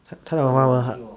他的华文很